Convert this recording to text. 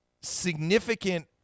significant